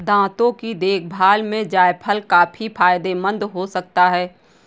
दांतों की देखभाल में जायफल काफी फायदेमंद हो सकता है